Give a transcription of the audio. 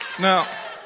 now